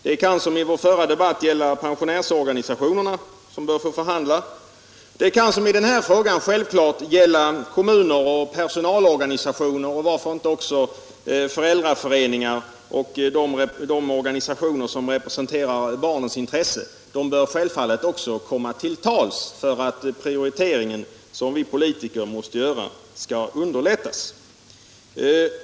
Det kan som i vår förra debatt gälla pensionärsorganisationerna, som bör få förhandla, det kan som i den här frågan självfallet gälla kommuner och personalorganisationer och varför inte också föräldraföreningar och de organisationer som representerar barnens intressen. De bör självfallet komma till tals för att prioriteringen som vi politiker måste göra skall underlättas.